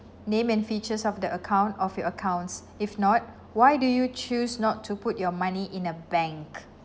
name and features of the account of your accounts if not why do you choose not to put your money in a bank